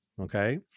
Okay